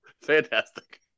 Fantastic